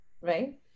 right